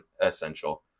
essential